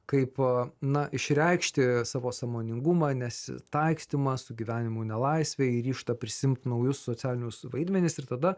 kaip na išreikšti savo sąmoningumą nesitaikstymą su gyvenimu nelaisvėj ryžtą prisiimt naujus socialinius vaidmenis ir tada